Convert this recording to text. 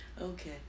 Okay